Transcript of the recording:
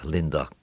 Linda